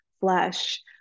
flesh